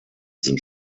sind